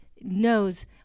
knows